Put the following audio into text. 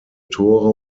tore